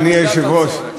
אדוני היושב-ראש.